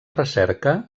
recerca